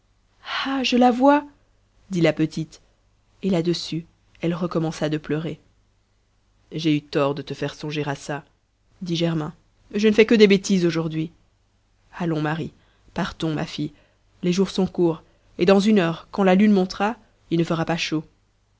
ah je la vois dit la petite et là-dessus elle recommença de pleurer j'ai eu tort de te faire songer à ça dit germain je ne fais que des bêtises aujourd'hui allons marie partons ma fille les jours sont courts et dans une heure quand la lune montera il ne fera pas chaud